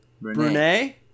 Brunei